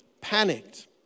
panicked